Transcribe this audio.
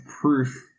proof